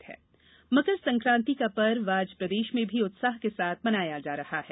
मकर संक्रांति मकर संक्रांति का पर्व आज प्रदेश में भी उत्साह के साथ मनाया जा रहा है